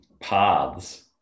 paths